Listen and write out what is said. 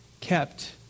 kept